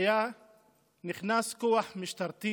היה נכנס אליו כוח משטרתי